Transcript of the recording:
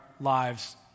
lives